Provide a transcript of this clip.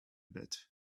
bit